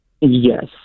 Yes